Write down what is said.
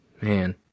Man